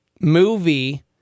movie